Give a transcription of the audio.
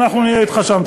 ואנחנו נהיה אתך שם.